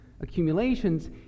accumulations